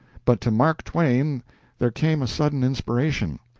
but to mark twain there came a sudden inspiration.